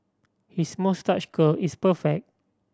his moustache curl is perfect